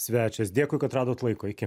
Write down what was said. svečias dėkui kad radot laiko iki